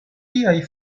tiaj